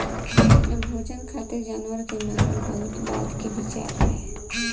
भोजन खातिर जानवर के मारल बहुत बाद के विचार रहे